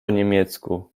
niemiecku